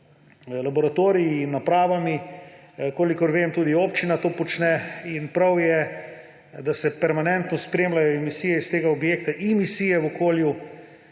laboratoriji in napravami. Kolikor vem, tudi občina to počne. Prav je, da se permanentno spremljajo emisije iz tega objekta in emisije v okolju